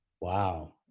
Wow